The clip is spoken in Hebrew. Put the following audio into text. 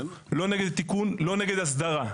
לא נגד התיקון, לא נגד הסדרה.